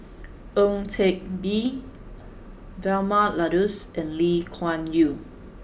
Ang Teck Bee Vilma Laus and Lee Kuan Yew